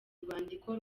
urwandiko